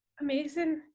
Amazing